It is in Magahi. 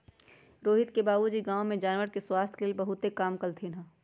रोहित के बाबूजी गांव में जानवर के स्वास्थ के लेल बहुतेक काम कलथिन ह